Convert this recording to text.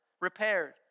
repaired